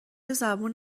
زبون